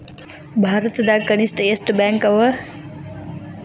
ಭಾರತದಾಗ ಕನಿಷ್ಠ ಎಷ್ಟ್ ಬ್ಯಾಂಕ್ ಅವ?